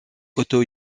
auto